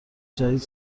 جدید